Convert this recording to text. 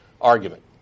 argument